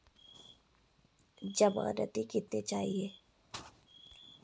ज़मानती कितने चाहिये?